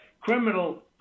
criminal